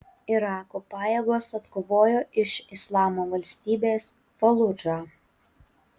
irako pajėgos atkovojo iš islamo valstybės faludžą